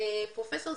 עולים חדשים,